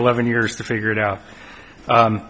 eleven years to figure it out